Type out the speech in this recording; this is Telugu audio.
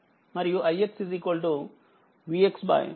4ఆంపియర్మరియు iy 3